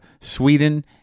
Sweden